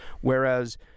Whereas